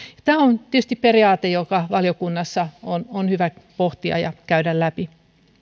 tämä on tietysti periaate joka valiokunnassa on on hyvä pohtia ja käydä läpi